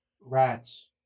rats